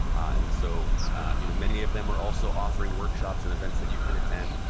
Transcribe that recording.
and so you know many of them are also offering workshops and events that you can attend.